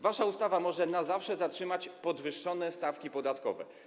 Wasza ustawa może na zawsze utrzymać podwyższone stawki podatkowe.